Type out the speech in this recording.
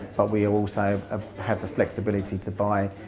but we also um have the flexibility to buy